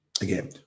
Again